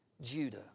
Judah